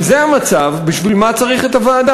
אם זה המצב, בשביל מה צריך את הוועדה?